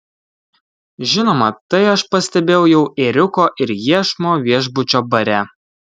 žinoma tai aš pastebėjau jau ėriuko ir iešmo viešbučio bare